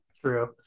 True